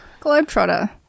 Globetrotter